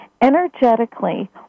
energetically